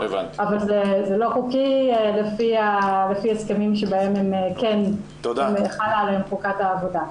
אבל זה לא חוקי לפי ההסכמים שבהם כן חלה עליהן חוקת העבודה.